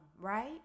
right